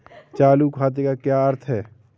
चालू खाते का क्या अर्थ है?